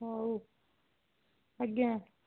ହଉ ଆଜ୍ଞା